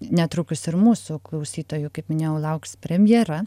netrukus ir mūsų klausytojų kaip minėjau lauks premjera